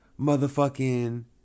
motherfucking